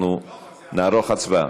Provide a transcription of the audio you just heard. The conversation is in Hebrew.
אנחנו נערוך הצבעה.